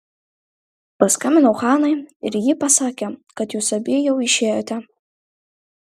paskambinau hanai ir ji pasakė kad jūs abi jau išėjote